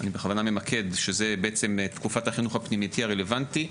שזאת בעצם תקופת החינוך הפנימייתי הרלוונטי,